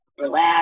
relax